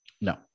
No